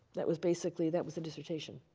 that was basically, that was the dissertation